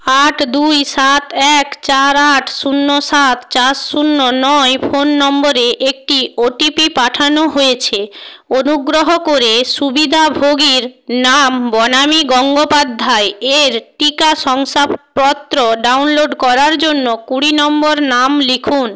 আট দুই সাত এক চার আট শূন্য সাত চার শূন্য নয় ফোন নম্বরে একটি ও টি পি পাঠানো হয়েছে অনুগ্রহ করে সুবিধাভোগীর নাম বনামি গঙ্গোপাধ্যায় এর টিকা শংসাপত্র ডাউনলোড করার জন্য কুড়ি নম্বর নাম লিখুন